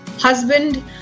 husband